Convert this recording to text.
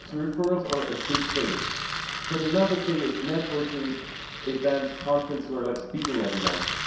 so referrals are a big thing but another thing is networking events, conferences, or like speaking at events.